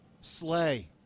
Slay